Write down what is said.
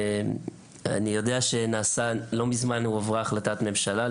אני יודע שלא מזמן הועברה החלטת ממשלה,